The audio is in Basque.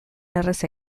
erraza